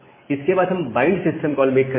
इसके बाद हम बाइंड सिस्टम कॉल मेक करते हैं